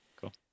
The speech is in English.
Cool